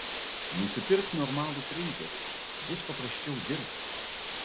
nusipirk normalų printerį bus paprasčiau dirbt